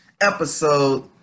episode